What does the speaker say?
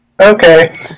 Okay